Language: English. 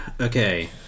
Okay